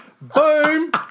Boom